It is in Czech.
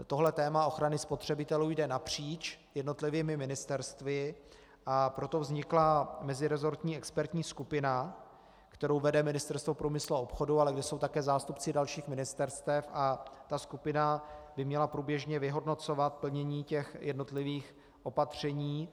Tohle téma ochrany spotřebitelů jde napříč jednotlivými ministerstvy, a proto vznikla meziresortní expertní skupina, kterou vede Ministerstvo průmyslu a obchodu, ale kde jsou také zástupci dalších ministerstev, a ta skupina by měla průběžně vyhodnocovat plnění těch jednotlivých opatření.